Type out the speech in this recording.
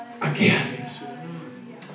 again